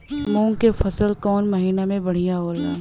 मुँग के फसल कउना महिना में बढ़ियां होला?